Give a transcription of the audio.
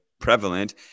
prevalent